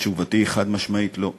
ותשובתי היא חד-משמעית: לא.